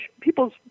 people's